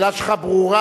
השאלה שלך ברורה.